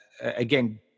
again